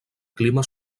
clima